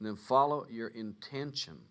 and then follow your intention